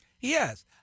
Yes